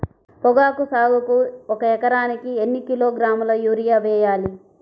పొగాకు సాగుకు ఒక ఎకరానికి ఎన్ని కిలోగ్రాముల యూరియా వేయాలి?